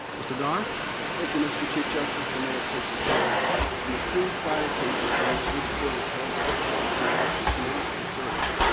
mr. garre. garre thank you, mr. chief justice, and may it please the court in the three prior cases in which this court has held that a dog sniff is not a search,